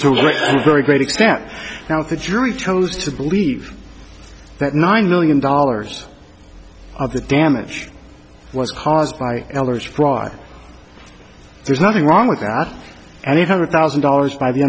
very great extent and if the jury chose to believe that nine million dollars of the damage was caused by ehlers fraud there's nothing wrong with that and eight hundred thousand dollars by the